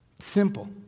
Simple